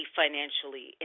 financially